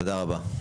תודה רבה.